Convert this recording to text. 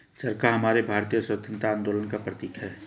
चरखा हमारे भारतीय स्वतंत्रता आंदोलन का प्रतीक है